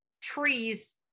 trees